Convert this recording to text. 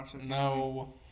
No